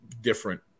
different